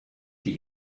die